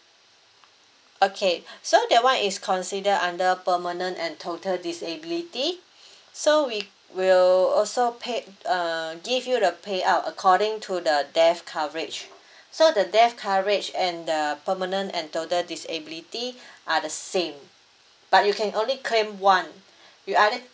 okay so that one is consider under permanent and total disability so we will also paid err give you the payout according to the death coverage so the death coverage and the permanent and total disability are the same but you can only claim one you either